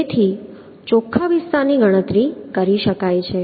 તેથી ચોખ્ખા વિસ્તારની ગણતરી કરી શકાય છે